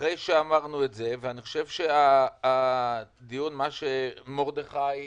שאמרנו את זה ושמענו מה אמר כאן מרדכי